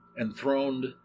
enthroned